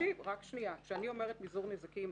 כשאני אומרת "מזעור נזקים"